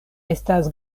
estas